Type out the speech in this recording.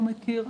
הוא מכיר,